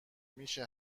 میشه